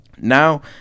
Now